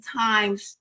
times